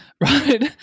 right